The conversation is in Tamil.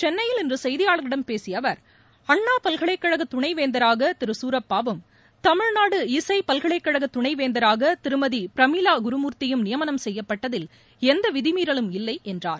சென்ளையில் இன்று செய்தியாளரக்ளிடம் பேசிய அவர் அண்ணா பல்கலைக்கழக துணைவேந்தராக திரு சூரப்பாவும் தமிழ்நாடு இசை பல்கலைக்கழக துணை வேந்தராக திருமதி பிரமிளா குருமூர்த்தியும் நியமனம் செய்யப்பட்டதில் எந்த விதிமீறலும் இல்லை என்றார்